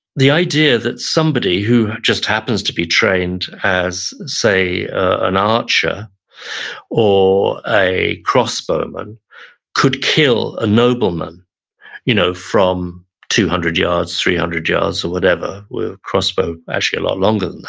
the idea that somebody who just happens to be trained as say an archer or a cross-bow man could kill a nobleman you know from two hundred yards, three hundred yards or whatever with a cross-bow, actually a lot longer